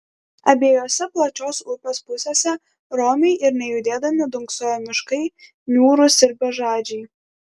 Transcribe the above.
abiejose plačios upės pusėse romiai ir nejudėdami dunksojo miškai niūrūs ir bežadžiai